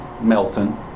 Melton